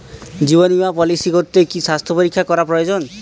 জীবন বীমা পলিসি করতে কি স্বাস্থ্য পরীক্ষা করা প্রয়োজন?